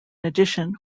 addition